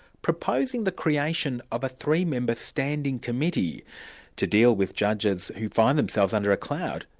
proposing the creation of a three-member standing committee to deal with judges who find themselves under a cloud,